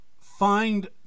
find